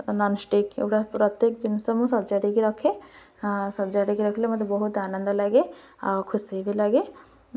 non stick ଏଗୁଡ଼ା ପ୍ରତ୍ୟେକ ଜିନିଷ ମୁଁ ସଜାଡ଼ିକି ରଖେ ସଜାଡ଼ିକି ରଖିଲେ ମୋତେ ବହୁତ ଆନନ୍ଦ ଲାଗେ ଆଉ ଖୁସି ବି ଲାଗେ